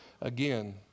Again